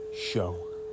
Show